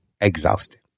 Exhausted